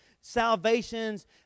salvations